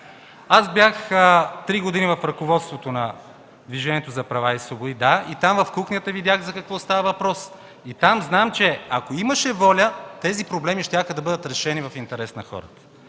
Бях три години в ръководството на Движението за права и свободи и там, в кухнята, видях за какво става въпрос. Оттам знам, че ако имаше воля, тези проблеми щяха да бъдат решени в интерес на хората.